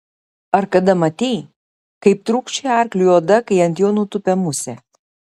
ar kada matei kaip trūkčioja arkliui oda kai ant jo nutupia musė